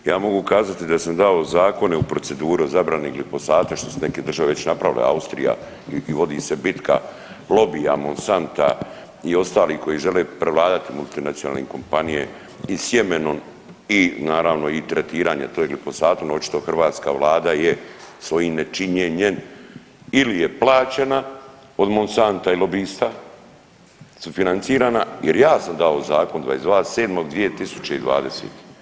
Ja mogu kazati da sam dao zakone u proceduru o zabrani glifosata što su neke države već napravile, Austrija i vodi se bitka lobija Monsanta i ostalih koji žele prevladati multinacionalne kompanije i sjemenom i naravno i tretiranje to je glifosatom očito hrvatska vlada je svojim nečinjenjem ili je plaćena od Monsanta i lobista, sufinancirana jer ja sam dao zakon 22.7.2020.